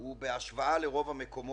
גבוה יותר בהשוואה לצרפת,